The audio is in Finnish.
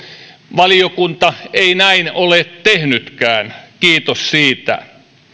valiokunta ei näin ole tehnytkään kiitos siitä